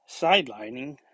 Sidelining